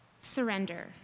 surrender